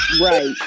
Right